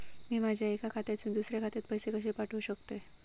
मी माझ्या एक्या खात्यासून दुसऱ्या खात्यात पैसे कशे पाठउक शकतय?